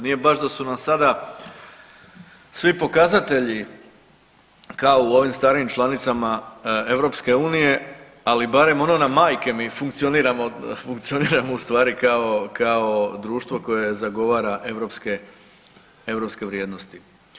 Nije baš da su nam sada svi pokazatelji kao u ovim starijim članicama EU, ali barem ono na majke mi funkcioniramo u stvari kao društvo koje zagovara europske vrijednosti.